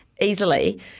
easily